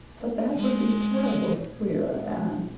but that would be terrible queer, anne.